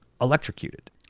electrocuted